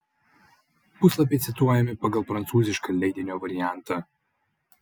puslapiai cituojami pagal prancūzišką leidinio variantą